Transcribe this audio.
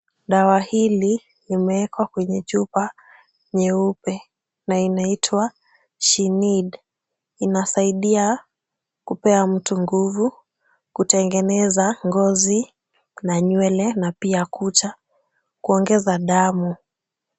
Dawa hili limewekwa kwenye chupa nyeupe na inaitwa She Need. Inasaidia kupea mtu nguvu, kutengeneza ngozi na nywele na pia kucha, kuongeza damu.